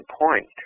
point